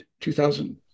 2000